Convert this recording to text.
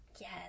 yes